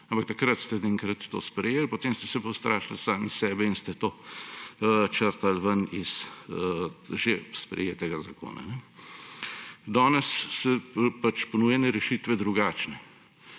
Ampak takrat ste to sprejeli, potem ste se pa ustrašili sami sebe in ste to črtali iz že sprejetega zakona. Danes so ponujene rešitve drugačne.